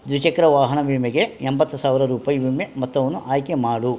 ದ್ವಿಚಕ್ರ ವಾಹನ ವಿಮೆಗೆ ಎಂಬತ್ತು ಸಾವಿರ ರೂಪಾಯಿ ವಿಮೆ ಮೊತ್ತವನ್ನು ಆಯ್ಕೆ ಮಾಡು